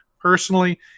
personally